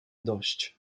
dość